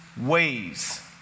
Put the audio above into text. ways